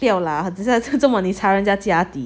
不要啦为什么你查人家家底